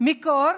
מקור